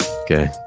Okay